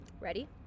Ready